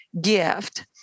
gift